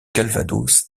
calvados